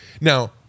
Now